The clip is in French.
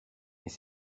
mais